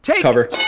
Cover